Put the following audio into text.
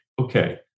okay